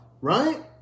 right